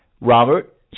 Robert